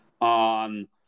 on